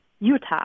Utah